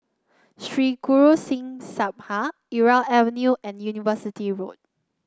Sri Guru Singh Sabha Irau Avenue and University Road